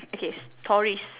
okay stories